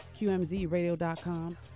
qmzradio.com